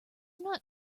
not